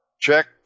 check